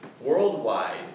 worldwide